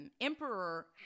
emperor